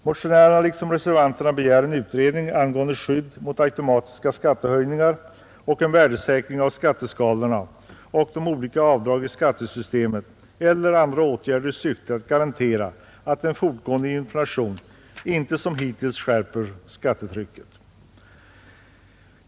Motionärerna liksom reservanterna begär en utredning angående skydd mot automatiska skattehöjningar och en värdesäkring av skatteskalorna och olika avdrag i skattesystemet eller andra åtgärder i syfte att garantera att en fortgående inflation inte som hittills skärper skattetrycket.